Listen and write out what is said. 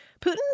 Putin